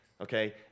okay